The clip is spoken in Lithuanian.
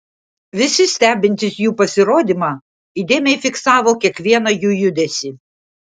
visi stebintys jų pasirodymą įdėmiai fiksavo kiekvieną jų judesį